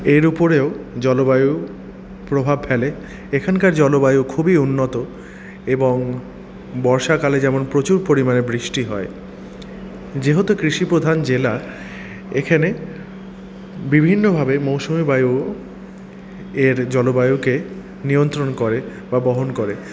এর উপরেও জলবায়ু প্রভাব ফেলে এখানকার জলবায়ু খুবই উন্নত এবং বর্ষাকালে যেমন প্রচুর পরিমাণে বৃষ্টি হয় যেহেতু কৃষিপ্রধান জেলা এখানে বিভিন্নভাবে মৌসুমী বায়ু এর জলবায়ুকে নিয়ন্ত্রণ করে বা বহন করে